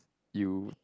you